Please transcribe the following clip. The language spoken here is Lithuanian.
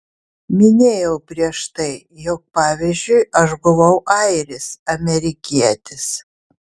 minėjau prieš tai jog pavyzdžiui aš buvau airis amerikietis